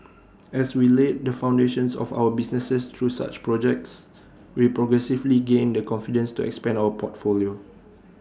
as we laid the foundations of our businesses through such projects we progressively gained the confidence to expand our portfolio